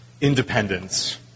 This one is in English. independence